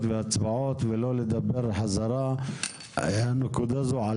והצבעות ולא לחזור ולדבר על נושאים שכבר